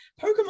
Pokemon